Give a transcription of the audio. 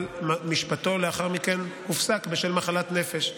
אבל משפטו הופסק לאחר מכן בשל מחלת נפש,